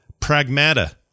Pragmata